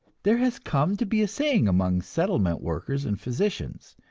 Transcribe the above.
there has come to be a saying among settlement workers and physicians,